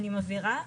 אני מבהירה,